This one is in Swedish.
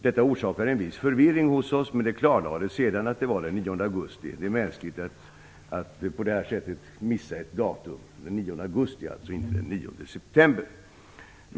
Detta orsakade en viss förvirring hos oss, men det klarlades sedan att det var den 9 augusti som avsågs. Det är mänskligt att på det här sättet missa ett datum. Det som avsågs var alltså den 9 augusti och inte den 9 september.